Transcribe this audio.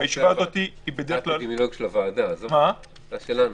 אתה האפידמיולוג של הוועדה, עזוב אותך, אתה שלנו.